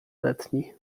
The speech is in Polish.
letni